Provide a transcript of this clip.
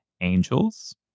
angels